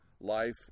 life